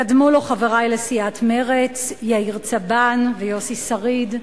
קדמו לו חברי לסיעת מרצ יאיר צבן ויוסי שריד.